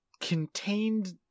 contained